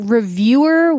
Reviewer